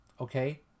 okay